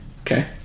Okay